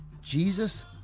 Jesus